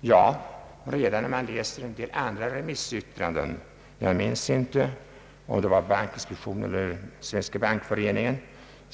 I en del andra remissyttranden — jag minns inte om det var bankinspektionens eller Svenska bankföreningens —